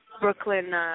Brooklyn